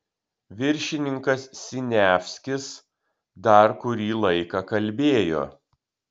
viršininkas siniavskis dar kurį laiką kalbėjo